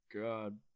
god